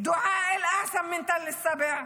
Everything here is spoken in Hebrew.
דועא אלאעסם מתל שבע,